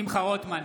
שמחה רוטמן,